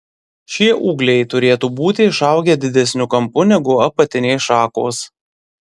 šie ūgliai turėtų būti išaugę didesniu kampu negu apatinės šakos